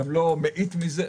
גם לא מאית מזה.